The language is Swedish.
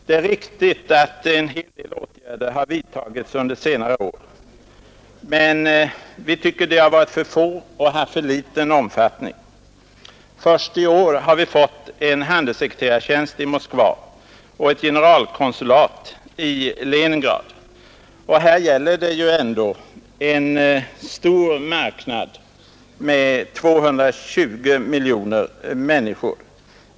Det är riktigt att en hel del åtgärder har vidtagits under senare år, men vi tycker att de har varit för få och haft för liten omfattning. Först i år har vi t.ex. fått en handelssekreterartjänst i Moskva och ett generalkonsulat i Leningrad — och här gäller det ändå hela Sovjet, en stor marknad med 220 miljoner människor.